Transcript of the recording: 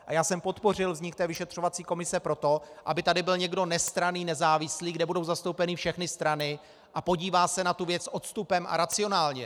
A já jsem podpořil vznik té vyšetřovací komise proto, aby tady byl někdo nestranný, nezávislý, kde budou zastoupeny všechny strany, a podívá se na tu věc s odstupem a racionálně.